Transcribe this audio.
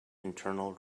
internal